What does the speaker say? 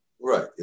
Right